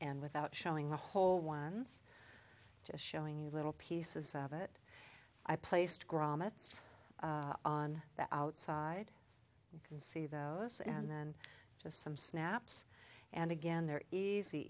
and without showing the whole once just showing you little pieces of it i placed grommets on the outside you can see those and then just some snaps and again they're easy